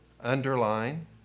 Underline